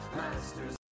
masters